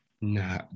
No